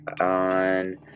on